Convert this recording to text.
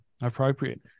appropriate